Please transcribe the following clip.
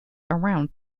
around